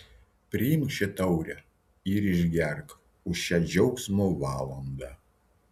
priimk šią taurę ir išgerk už šią džiaugsmo valandą